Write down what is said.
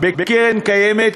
בקרן קיימת,